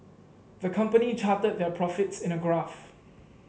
the company charted their profits in a graph